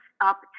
up